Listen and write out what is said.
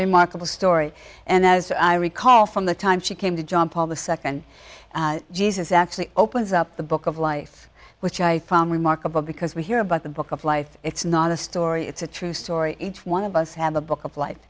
remarkable story and as i recall from the time she came to john paul the second jesus actually opens up the book of life which i found remarkable because we hear about the book of life it's not a story it's a true story each one of us have a book of life